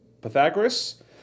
Pythagoras